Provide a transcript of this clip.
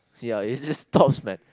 ya it just stops man